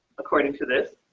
according to this.